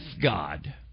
God